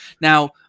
Now